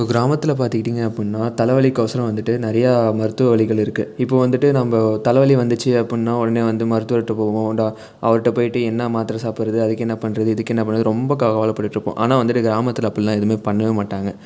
இப்போ கிராமத்தில் பார்த்துக்கிட்டீங்க அப்படின்னா தலைவலிக்கோசரம் வந்துட்டு நிறைய மருத்துவ வழிகள் இருக்குது இப்போது வந்துட்டு நம்ம தலைவலி வந்துச்சு அப்படின்னா உடனே வந்து மருத்துவர்கிட்ட போவோம் ட அவர்கிட்ட போய்விட்டு என்ன மாத்திரை சாப்பிட்றது அதுக்கு என்ன பண்ணுறது இதுக்கு என்ன பண்ணுறது ரொம்ப கவலை பட்டுகிட்டு இருப்போம் ஆனால் வந்துட்டு கிராமத்தில் அப்படில்லாம் எதுவும் பண்ணவே மாட்டாங்க